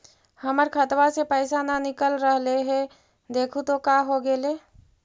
हमर खतवा से पैसा न निकल रहले हे देखु तो का होगेले?